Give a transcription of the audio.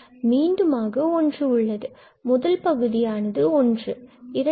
இங்கு மீண்டுமாக ஒன்று உள்ளது முதல் பகுதியானது 2 1ஒன்று ஆகும்